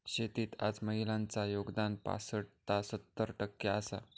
शेतीत आज महिलांचा योगदान पासट ता सत्तर टक्के आसा